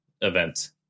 event